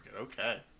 Okay